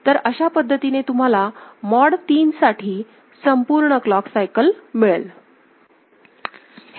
तर अशा पद्धतीने तुम्हाला मॉड 3 साठी संपूर्ण क्लॉक सायकल मिळेल